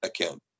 account